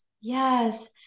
Yes